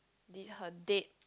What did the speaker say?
did her dead